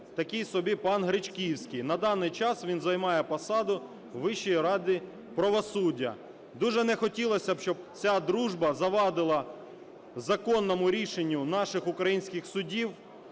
такий собі пан Гречківський, на даний час він займає посаду у Вищій раді правосуддя. Дуже не хотілося б, щоб ця дружба завадила законному рішенню наших українських судів.